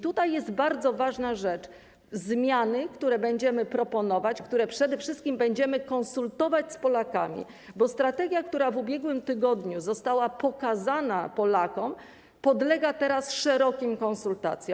Tutaj pojawia się bardzo ważna rzecz: to są zmiany, które będziemy proponować, które przede wszystkim będziemy konsultować z Polakami, bo strategia, która w ubiegłym tygodniu została pokazana Polakom, podlega teraz szerokim konsultacjom.